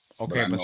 okay